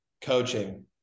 coaching